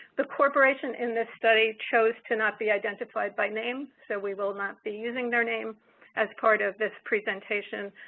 the corporation in this study chose to not be identified by name, so we will not be using their name as part of this presentation.